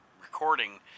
recording